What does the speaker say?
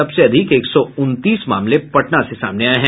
सबसे अधिक एक सौ उनतीस मामले पटना से सामने आये हैं